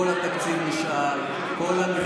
כל התקציב נשאר, כל המכרז נשאר.